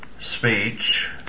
speech